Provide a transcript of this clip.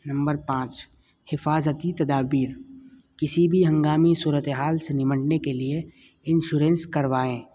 number پانچ حفاظتی تدابیر کسی بھی ہنگامی صورت حال سے نمٹنے کے لیے انشورنس کروائیں